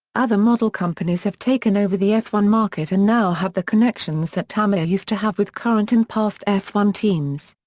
other model companies have taken over the f one market and now have the connections that tamiya used to have with current and past f one teams.